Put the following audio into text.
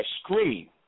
screen